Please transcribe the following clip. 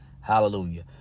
Hallelujah